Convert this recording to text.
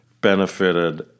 benefited